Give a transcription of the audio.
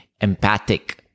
empathic